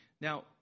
Now